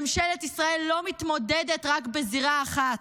ממשלת ישראל לא מתמודדת רק בזירה אחת,